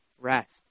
rest